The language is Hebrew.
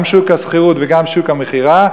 גם שוק השכירות וגם שוק המכירה,